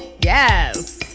Yes